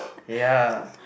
ya